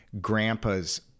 grandpa's